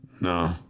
No